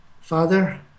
Father